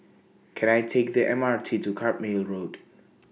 Can I Take The M R T to Carpmael Road